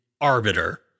arbiter